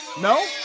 no